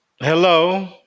hello